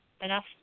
enough